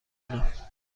کنم